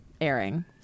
airing